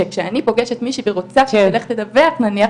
שכשאני פוגשת מישהי ורוצה שהיא תלך ותדווח נניח,